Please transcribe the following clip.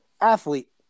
athlete